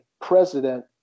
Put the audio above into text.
president